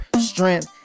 Strength